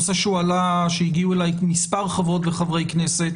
הגיעו אליי מספר חברות וחברי כנסת